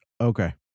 okay